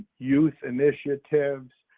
youth initiatives,